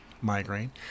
migraine